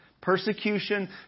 persecution